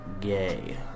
gay